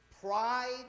pride